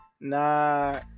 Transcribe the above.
Nah